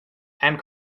and